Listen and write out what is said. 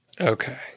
Okay